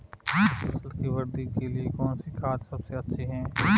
फसल की वृद्धि के लिए कौनसी खाद सबसे अच्छी है?